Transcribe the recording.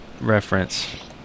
reference